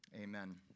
Amen